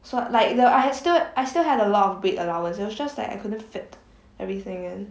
so like the I had still I still had a lot of weight allowance it was just like I couldn't fit everything in